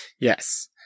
Yes